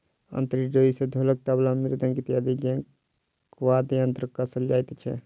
अंतरी डोरी सॅ ढोलक, तबला, मृदंग इत्यादि जेंका वाद्य यंत्र कसल जाइत छै